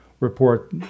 report